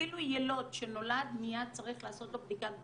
אפילו יילוד שנולד מיד צריך לעשות לו בדיקת בילירובין,